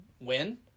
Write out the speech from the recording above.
win